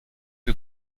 que